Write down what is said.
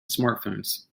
smartphones